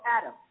Adam